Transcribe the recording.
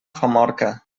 famorca